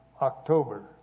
October